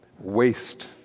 Waste